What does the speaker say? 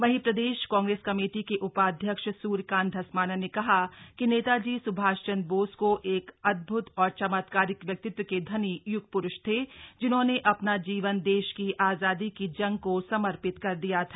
वहीं प्रदेश कांग्रेस कमेटी के उप्राध्यक्ष सूर्यकांत धस्माना ने कहा कि नेताजी सुभाष चन्द्र बोस को एक अद्भुत और चमत्कारिक व्यक्तित्व के धनी यूग रुष थे जिन्होंने अ ना जीवन देश की आज़ादी की जंग को समर्शित कर दिया था